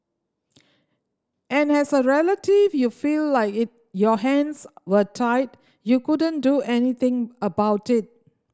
and has a relative you feel like your hands were tied you couldn't do anything about it